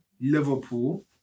Liverpool